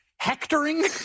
Hectoring